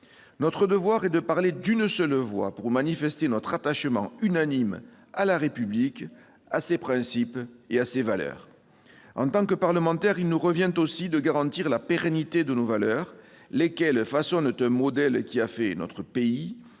Notre devoir est de parler d'une seule voix pour manifester notre attachement unanime à la République, à ses principes et à ses valeurs. En tant que parlementaires, il nous revient aussi de garantir la pérennité de nos valeurs, lesquelles façonnent un modèle qui a fait notre pays